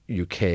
UK